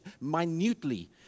minutely